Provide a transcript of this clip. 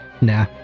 nah